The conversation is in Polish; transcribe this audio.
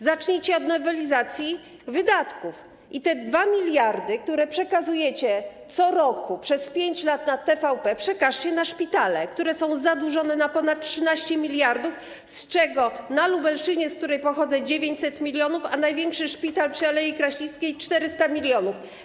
Zacznijcie od nowelizacji wydatków i te 2 mld, które przekazujecie co roku, przez 5 lat na TVP, przekażcie na szpitale, które są zadłużone na ponad 13 mld, z czego na Lubelszczyźnie, z której pochodzę - na 900 mln, a największy szpital przy al. Kraśnickiej - 400 mln.